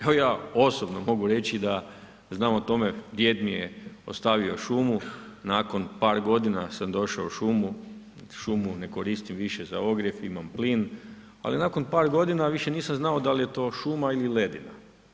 Evo ja osobno mogu reći da znam o tome, djed mi je ostavio šumu, nakon par godina sam došao u šumu, šumu ne koristim više za ogrjev, imam plin ali nakon par godina, više nisam znao dal je to šuma ili ledina.